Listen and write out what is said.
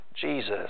Jesus